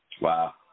Wow